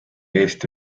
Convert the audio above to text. eesti